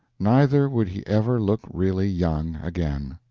neither would he ever look really young again.